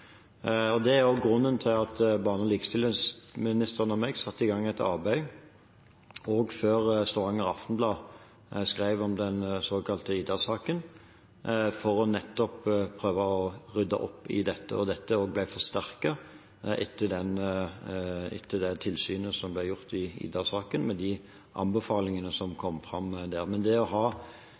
Det er også grunnen til at barne- og likestillingsministeren og jeg satte i gang et arbeid – også før Stavanger Aftenblad skrev om den såkalte Ida-saken – nettopp for å prøve å rydde opp i dette, og dette ble forsterket etter det tilsynet som ble gjort i Ida-saken, og de anbefalingene som kom fram der. Det å ha ansvarlige i de tjenestene, det å ha